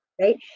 right